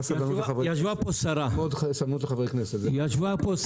ישבה פה השרה של